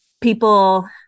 people